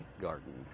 garden